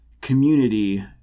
community